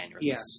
Yes